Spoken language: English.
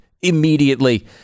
immediately